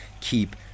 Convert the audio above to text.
keep